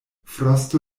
frosto